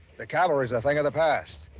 the cavalry's a thing of the past.